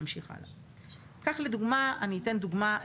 אתן דוגמה,